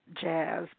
Jazz